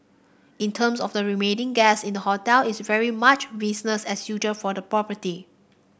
in terms of the remaining guests in the hotel it's very much business as usual for the property